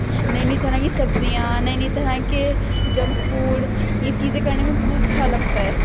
نئی نئی طرح کی سبزیاں نئی نئی طرح کے جنک فوڈ یہ چیزیں کرنے میں بہت اچھا لگتا ہے